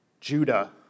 Judah